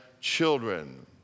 children